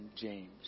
James